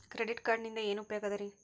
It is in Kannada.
ಕ್ರೆಡಿಟ್ ಕಾರ್ಡಿನಿಂದ ಏನು ಉಪಯೋಗದರಿ?